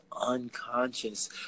unconscious